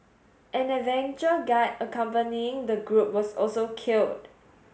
an adventure guide accompanying the group was also killed